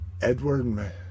Edward